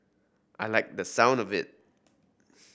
I liked the sound of it